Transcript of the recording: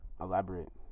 Elaborate